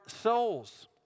souls